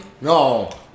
No